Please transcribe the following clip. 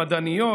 המדעניות,